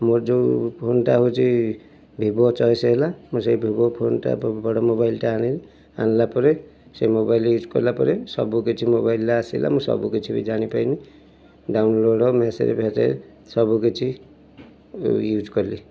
ମୋର ଯେଉଁ ଫୋନ୍ଟା ହେଉଛି ଭିଭୋ ଚଏସ୍ ହେଲା ମୁଁ ସେଇ ଭିଭୋ ଫୋନ୍ଟା ବଡ଼ ମୋବାଇଲ୍ଟା ଆଣିଲି ଆଣିଲା ପରେ ସେ ମୋବାଇଲ୍ ୟୁଜ୍ କଲାପରେ ସବୁକିଛି ମୋବାଇଲ୍ରେ ଆସିଲା ମୁଁ ସବୁକିଛି ବି ଜାଣିପାଇଲି ଡ଼ାଉନଲୋଡ଼୍ ମେସେଜ୍ଫେସେଜ୍ ସବୁକିଛି ୟୁଜ୍ କଲି